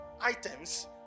Items